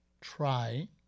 try